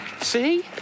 See